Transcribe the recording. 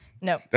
No